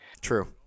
True